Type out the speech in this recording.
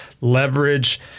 leverage